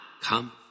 come